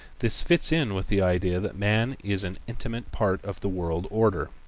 this fits in with the idea that man is an intimate part of the world order.